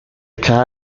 cada